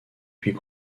puis